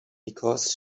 because